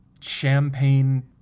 champagne